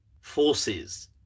forces